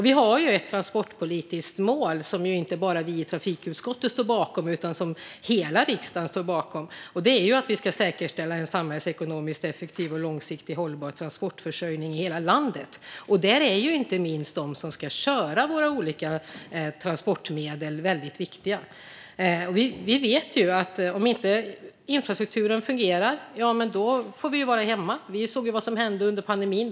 Vi har ett transportpolitiskt mål, som inte bara vi i trafikutskottet utan hela riksdagen står bakom, nämligen att vi ska säkerställa en samhällsekonomiskt effektiv och långsiktigt hållbar transportförsörjning i hela landet. Där är inte minst de som ska köra våra olika transportmedel väldigt viktiga. Vi vet ju att om infrastrukturen inte fungerar får vi vara hemma. Vi såg vad som hände under pandemin.